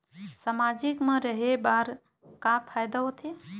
सामाजिक मा रहे बार का फ़ायदा होथे?